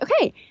okay